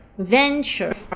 Venture